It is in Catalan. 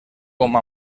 com